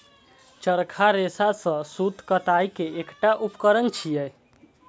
चरखा रेशा सं सूत कताइ के एकटा उपकरण छियै